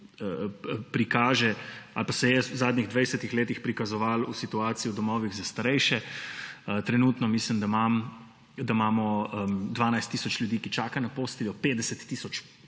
prikaže ali pa se je v zadnjih 20 letih prikazovala v situaciji v domovih za starejše. Mislim, da imamo trenutno 12 tisoč ljudi, ki čaka na posteljo, 50 tisoč